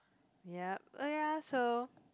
ya oh ya so